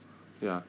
对啊